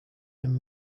him